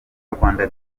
rwanda